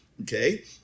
Okay